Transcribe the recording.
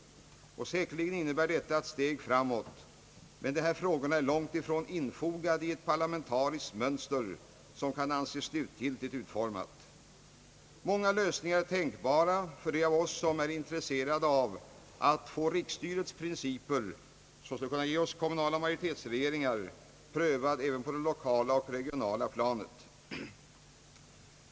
Säkerligen innebär detta ett steg framåt — men dessa frågor är långt ifrån infogade i ett parlamentariskt mönster som kan anses slutgiltigt utformat. Många lösningar är tänkbara för dem av oss, som är intresserade av att få riksstyrets principer — som skulle kunna ge oss kommunala majoritetsregeringar — prövade även på det lokala och regionala planet.